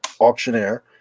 auctioneer